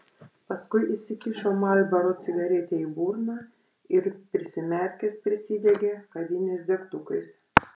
paskui įsikišo marlboro cigaretę į burną ir prisimerkęs prisidegė kavinės degtukais